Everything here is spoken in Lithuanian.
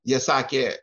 jie sakė